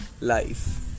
Life